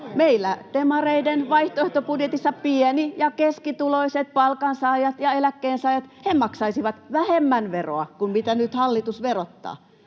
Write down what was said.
Meillä demareiden vaihtoehtobudjetissa pieni‑ ja keskituloiset palkansaajat ja eläkkeensaajat maksaisivat vähemmän veroa kuin mitä nyt hallitus verottaa.